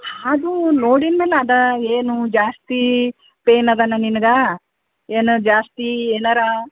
ಅದು ನೋಡಿದ್ ಮೇಲೆ ಅದ ಏನು ಜಾಸ್ತಿ ಪೇನ್ ಅದನ ನಿನ್ಗೆ ಏನು ಜಾಸ್ತಿ ಏನಾರು